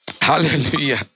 Hallelujah